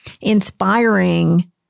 inspiring